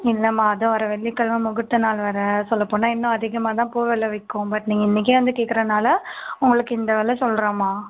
இல்லைம்மா அதுவும் வர வெள்ளிக்கிழம முகூர்த்த நாள் வேறு சொல்லப்போனால் இன்னும் அதிகமாக தான் பூ வில விற்கும் பட் நீங்கள் இன்றைக்கே வந்து கேட்கறனால உங்களுக்கு இந்த வில சொல்லுறேம்மா